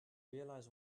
realize